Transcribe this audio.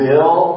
Bill